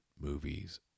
movies